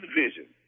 vision